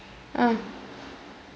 ah